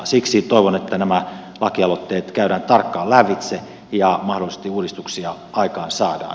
siksi toivon että nämä lakialoitteet käydään tarkkaan lävitse ja mahdollisesti uudistuksia aikaansaadaan